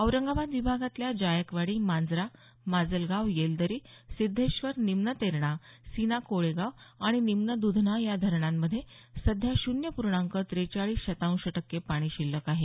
औरंगाबाद विभागातल्या जायकवाडी मांजरा माजलगाव येलदरी सिद्धेश्वर निम्न तेरणा सीना कोळेगाव आणि निम्न दधना या धरणांमध्ये सध्या शून्य पूर्णांक त्रेचाळीस शतांश टक्के पाणी शिल्लक आहे